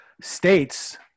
states